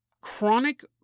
Chronic